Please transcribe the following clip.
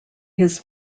his